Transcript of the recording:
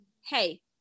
hey